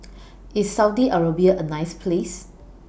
IS Saudi Arabia A nice Place